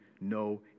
no